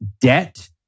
debt